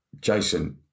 Jason